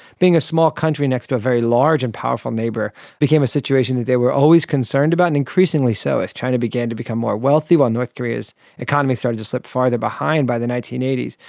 being a small country next to a very large and powerful neighbour became a situation that they were always concerned about and increasingly so as china began to become more wealthy while north korea's economy started to slip further behind by the nineteen eighty s.